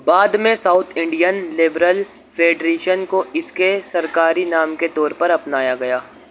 بعد میں South Indian Liberal Federation کو اس کے سرکاری نام کے طور پر اپنایا گیا